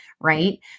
right